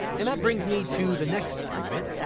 and that brings me to the next argument,